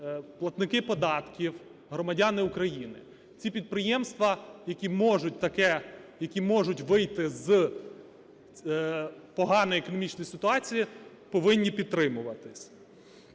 платники податків, громадяни України. Ці підприємства, які можуть вийти з поганої економічної ситуації, повинні підтримуватись.